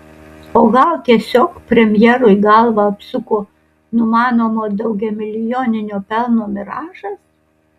o gal tiesiog premjerui galvą apsuko numanomo daugiamilijoninio pelno miražas